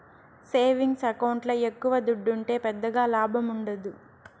savings ఎకౌంట్ల ఎక్కవ దుడ్డుంటే పెద్దగా లాభముండదు